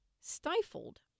stifled